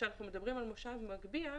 כאשר אנחנו מדברים על מושב מגביה,